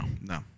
no